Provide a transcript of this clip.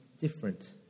different